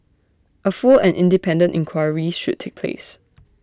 A full and independent inquiry should take place